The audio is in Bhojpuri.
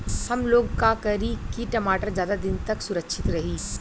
हमलोग का करी की टमाटर ज्यादा दिन तक सुरक्षित रही?